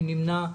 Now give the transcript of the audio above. מי נמנע?